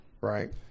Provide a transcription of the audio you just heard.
Right